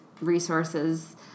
resources